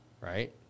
right